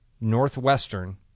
Northwestern